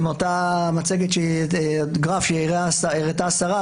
הם באותה מצגת או גרף שהראתה השרה,